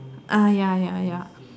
ah ya ya ya